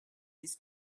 his